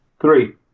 three